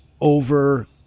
over